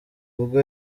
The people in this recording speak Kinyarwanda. ubwo